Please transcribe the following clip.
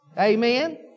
Amen